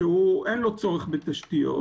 שאין לו צורך בתשתיות,